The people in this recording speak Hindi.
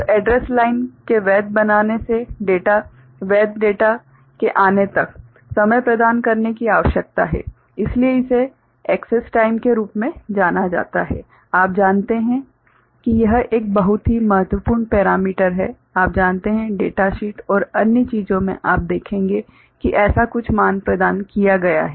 तो एड्रैस लाइन के वैध बनाने से वैध डेटा के आने तक समय प्रदान करने की आवश्यकता है इसलिए इसे एक्सैस टाइम के रूप में जाना जाता है आप जानते हैं कि यह एक बहुत ही महत्वपूर्ण पैरामीटर है आप जानते हैं डेटा शीट और अन्य चीजों में आप देखेंगे कि ऐसा कुछ मान प्रदान किया गया है